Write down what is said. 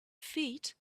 feet